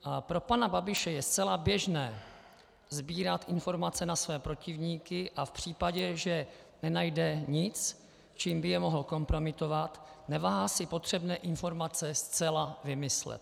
A pro pana Babiše je zcela běžné sbírat informace na své protivníky a v případě, že nenajde nic, čím by je mohl kompromitovat, neváhá si potřebné informace zcela vymyslet.